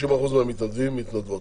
90% מהמתנדבים הם מתנדבות.